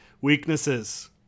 Weaknesses